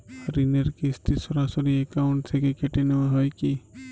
ঋণের কিস্তি সরাসরি অ্যাকাউন্ট থেকে কেটে নেওয়া হয় কি?